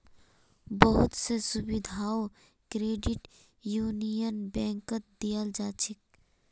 बहुत स सुविधाओ क्रेडिट यूनियन बैंकत दीयाल जा छेक